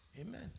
Amen